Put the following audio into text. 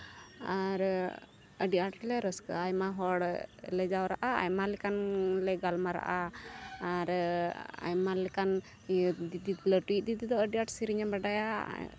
ᱟᱨ ᱟᱹᱰᱤ ᱟᱸᱴᱞᱮ ᱨᱟᱹᱥᱠᱟᱹᱜᱼᱟ ᱟᱭᱢᱟ ᱦᱚᱲ ᱞᱮ ᱡᱟᱣᱨᱟᱜᱼᱟ ᱟᱭᱢᱟ ᱞᱮᱠᱟᱱ ᱞᱮ ᱜᱟᱞᱢᱟᱨᱟᱜᱼᱟ ᱟᱨ ᱟᱭᱢᱟ ᱞᱮᱠᱟᱱ ᱤᱭᱟᱹ ᱫᱤᱫᱤ ᱞᱟᱹᱴᱩᱭᱤᱡ ᱫᱤᱫᱤ ᱫᱚ ᱟᱹᱰᱤ ᱟᱸᱴ ᱥᱤᱨᱤᱧᱮ ᱵᱟᱰᱟᱭᱟ